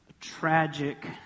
tragic